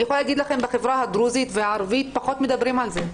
אני יכולה להגיד לכם שבחברה הדרוזית והערבית פחות מדברים על זה,